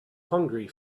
hungry